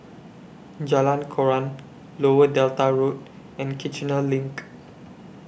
Jalan Koran Lower Delta Road and Kiichener LINK